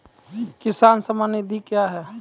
किसान सम्मान निधि क्या हैं?